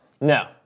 No